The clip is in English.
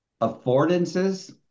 Affordances